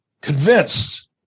convinced